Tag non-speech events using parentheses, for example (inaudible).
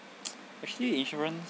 (noise) actually insurance